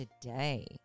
today